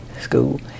school